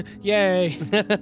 Yay